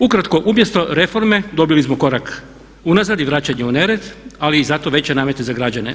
Ukratko, umjesto reforme dobili smo korak unazad i vraćanje u nered ali i zato i veće namete za građane.